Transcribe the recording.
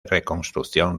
reconstrucción